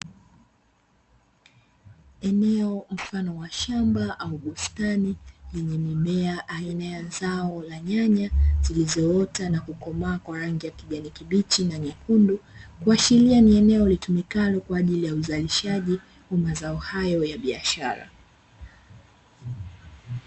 Eneo mfano wa shamba au bustani lenye mimea aina ya zao la nyanya, zilizoota na kukomaa kwa rangi ya kijani kibichi na nyekundu, kuashiria ni eneo litumikalo kwa ajili ya uzalishaji wa mazao hayo ya biashara.